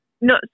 No